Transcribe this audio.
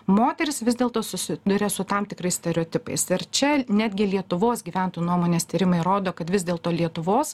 moterys vis dėlto susiduria su tam tikrais stereotipais ir čia netgi lietuvos gyventojų nuomonės tyrimai rodo kad vis dėlto lietuvos